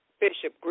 Bishop